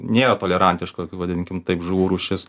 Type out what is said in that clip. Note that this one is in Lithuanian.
nėra tolerantiška kaip vadinkim taip žuvų rūšis